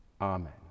amen